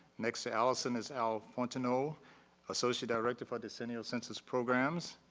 next to allison is al fontenot, you know associate director for decennial census programs.